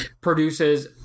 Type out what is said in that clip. produces